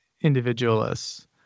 individualists